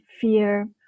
fear